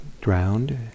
drowned